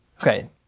Okay